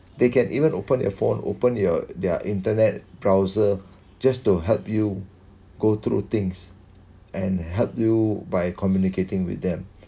they can even open their phone open your their internet browser just to help you go through things and help you by communicating with them